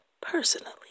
personally